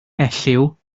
elliw